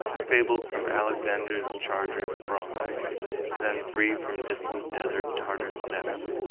fabled from alexander's charger sprung then three from distant desert tartar steppes,